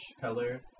color